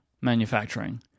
manufacturing